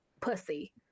pussy